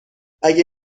اگه